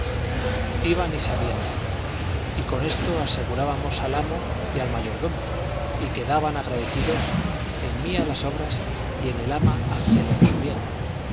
porfiaba iban y sabíanlo y con esto asegurábamos al amo y al mayordomo y quedaban agradecidos en mí a las obras y en el ama al celo de su bien